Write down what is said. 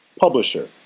publisher,